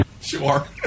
Sure